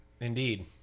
Indeed